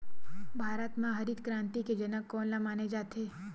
भारत मा हरित क्रांति के जनक कोन ला माने जाथे?